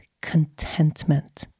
contentment